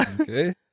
Okay